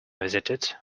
visited